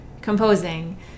composing